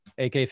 AK